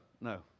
no